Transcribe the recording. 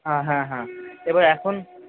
হ্যাঁ হ্যাঁ এবার এখন